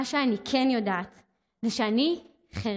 מה שאני כן יודעת זה שאני חירשת,